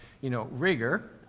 you know, rigour, ah,